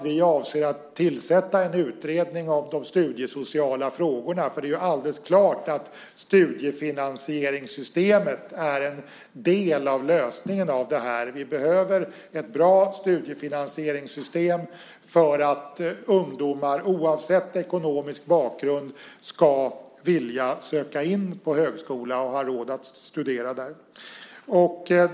Vi avser att tillsätta en utredning av de studiesociala frågorna. Det är alldeles klart att studiefinansieringssystemet är en del av lösningen på detta. Vi behöver ett bra studiefinansieringssystem för att ungdomar, oavsett ekonomisk bakgrund, ska vilja söka in på högskola och ha råd att studera där.